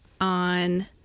on